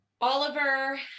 Oliver